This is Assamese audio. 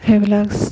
সেইবিলাক